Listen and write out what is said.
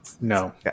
no